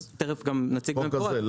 אז תכף נציג --- החוק הזה,